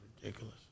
ridiculous